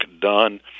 done